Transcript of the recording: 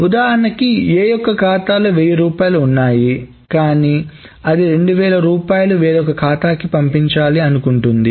ఉదాహరణకి A యొక్క ఖాతాలో 1000 రూపాయలు ఉన్నాయి కానీ అది 2000 రూపాయలు వేరొక ఖాతాకి పంపించాలి అనుకుంటుంది